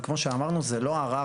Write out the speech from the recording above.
וכמו שאמרנו, זה לא ערר.